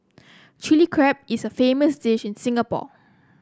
Chilli Crab is a famous dish in Singapore